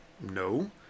no